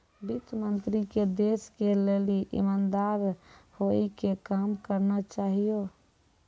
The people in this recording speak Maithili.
वित्त मन्त्री के देश के लेली इमानदार होइ के काम करना चाहियो